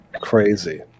crazy